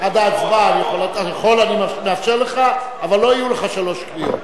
אני מאפשר לך, אבל לא יהיו לך שלוש קריאות.